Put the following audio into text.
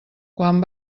quan